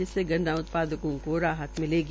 जिसमें गन्ना उत्पादकों को राहत मिलेगी